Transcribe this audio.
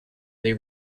they